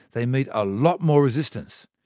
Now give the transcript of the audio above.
they meet a lot more resistance.